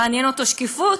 מעניינת אותו שקיפות?